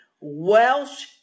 Welsh